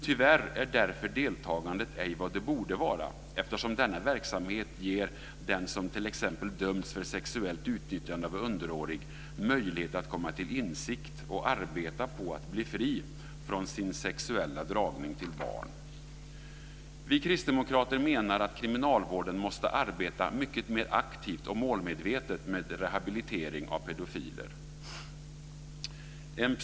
Tyvärr är därför deltagandet ej vad det borde vara, eftersom denna verksamhet ger den som t.ex. dömts för sexuellt utnyttjande av underårig möjlighet att komma till insikt och arbeta på att bli fri från sin sexuella dragning till barn. Vi kristdemokrater menar att kriminalvården måste arbeta mycket mer aktivt och målmedvetet med rehabilitering av pedofiler.